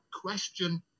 question